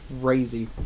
crazy